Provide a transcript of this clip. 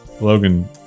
Logan